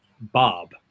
Bob